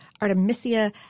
Artemisia